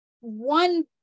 one